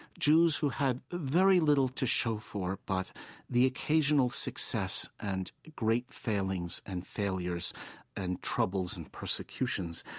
jews who had very little to show for but the occasional success and great failings and failures and troubles and persecutions.